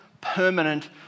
permanent